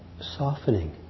softening